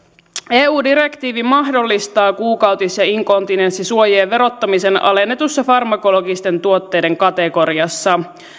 eu direktiivi mahdollistaa kuukautis ja inkontinenssisuojien verottamisen alennetussa farmakologisten tuotteiden kategoriassa